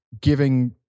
giving